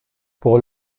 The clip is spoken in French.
pour